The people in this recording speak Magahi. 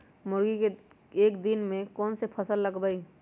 गर्मी के दिन में कौन कौन फसल लगबई?